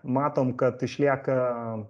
matom kad išlieka